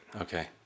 Okay